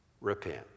Repent